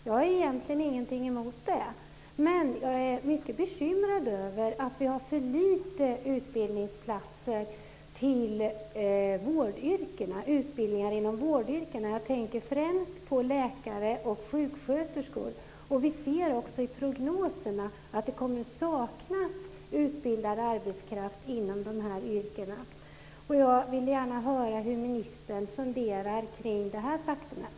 Jag har egentligen ingenting emot det, men jag är mycket bekymrad över att vi har för få platser för utbildningar inom vårdyrkena. Jag tänker främst på läkare och sjuksköterskor. Vi ser också i prognoserna att det kommer att saknas utbildad arbetskraft inom dessa yrken. Jag vill gärna höra hur ministern funderar kring detta faktum.